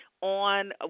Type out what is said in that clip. on